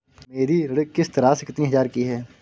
मेरी ऋण किश्त राशि कितनी हजार की है?